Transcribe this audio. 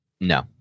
No